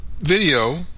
video